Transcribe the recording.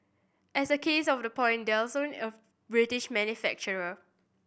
as a case of the point Dyson of British manufacturer